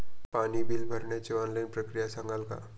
पाणी बिल भरण्याची ऑनलाईन प्रक्रिया सांगाल का?